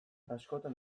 askotan